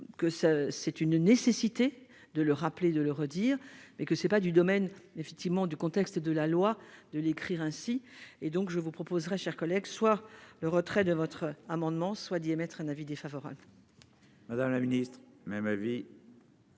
ça, c'est une nécessité de le rappeler, de le redire, mais que ce n'est pas du domaine effectivement du contexte de la loi de l'écrire ainsi, et donc je vous proposerai chers collègues soit le retrait de votre amendement soit d'émettre un avis défavorable. Madame la Ministre, ma vie.